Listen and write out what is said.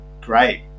great